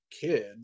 kid